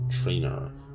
trainer